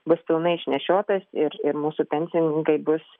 bus pilnai išnešiotas ir ir mūsų pensininkai bus